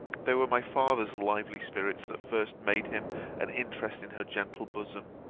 they were my father's lively spirits that first made him an interest in her gentle bosom.